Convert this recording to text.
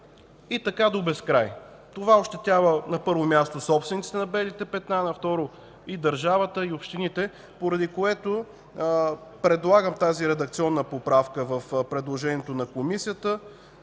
и така до безкрай. Това ощетява, на първо място, собствениците на белите петна, на второ място, и държавата, и общините, поради което предлагам тази редакционна поправка в предложението на Комисията.